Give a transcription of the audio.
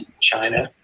China